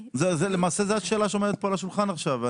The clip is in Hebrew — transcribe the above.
למעשה זו השאלה שעומדת על השולחן עכשיו.